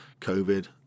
COVID